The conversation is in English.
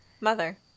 Mother